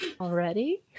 Already